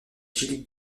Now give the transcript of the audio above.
gil